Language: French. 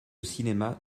cinéma